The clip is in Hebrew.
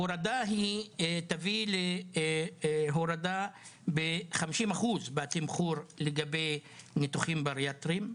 ההורדה תביא להורדה ב-50% בתמחור לגבי ניתוחים בריאטריים.